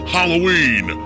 Halloween